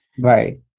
Right